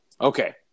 Okay